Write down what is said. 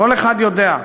כל אחד יודע.